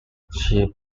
ships